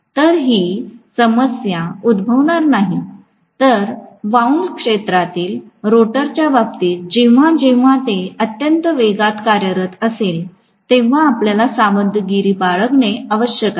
तर ही समस्या उद्भवणार नाही तर वोउन्ड क्षेत्रातील रोटरच्या बाबतीत जेव्हा जेव्हा ते अत्यंत वेगात कार्यरत असेल तेव्हा आपल्याला सावधगिरी बाळगणे आवश्यक आहे